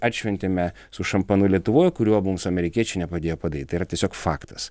atšventėme su šampanu lietuvoj kuriuo mums amerikiečiai nepadėjo padaryt tai yra tiesiog faktas